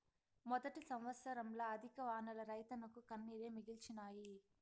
మొదటి సంవత్సరంల అధిక వానలు రైతన్నకు కన్నీరే మిగిల్చినాయి